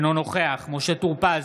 אינו נוכח משה טור פז,